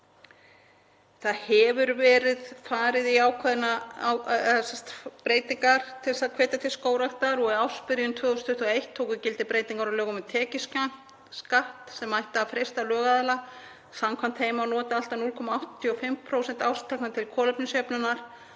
Það hefur verið farið í ákveðnar breytingar til að hvetja til skógræktar og í ársbyrjun 2021 tóku gildi breytingar á lögum um tekjuskatt sem ættu að freista lögaðila. Samkvæmt þeim má nota allt að 0,85% árstekna til kolefnisjöfnunar